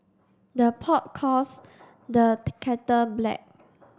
the pot calls the kettle black